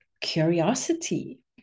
curiosity